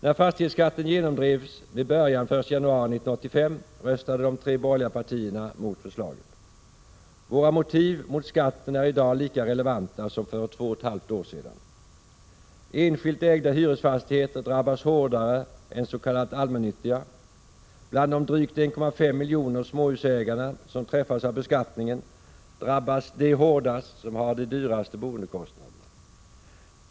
När fastighetsskatten genomdrevs med början den 1 januari 1985 röstade de tre borgerliga partierna emot förslaget. Våra motiv mot skatten är i dag lika relevanta som för två och ett halvt år sedan. Enskilt ägda hyresfastigheter drabbas hårdare än s.k. allmännyttiga, bland de drygt 1,5 miljoner småhusägarna som träffas av beskattningen drabbas de hårdast som har de högsta boendekostnaderna.